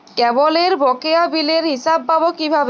কেবলের বকেয়া বিলের হিসাব পাব কিভাবে?